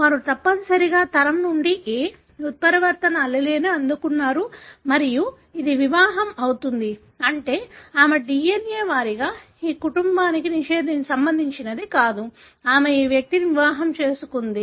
వారు తప్పనిసరిగా తరం నుండి a ఉత్పరివర్తన allele అందుకున్నారు మరియు ఇది వివాహం అవుతుంది అంటే ఆమె DNA వారీగా ఈ కుటుంబానికి సంబంధించినది కాదు ఆమె ఈ వ్యక్తిని వివాహం చేసుకుంది